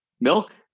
Milk